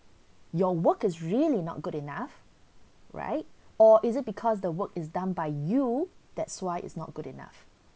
your work is really not good enough right or is it because the work is done by you that's why it's not good enough